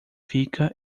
fica